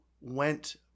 went